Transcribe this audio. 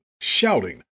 shouting